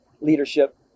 leadership